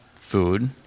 Food